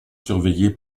surveillée